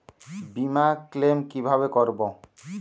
বিমা ক্লেম কিভাবে করব?